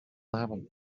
happen